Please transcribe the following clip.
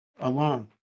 alone